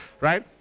Right